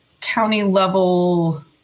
county-level